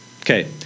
Okay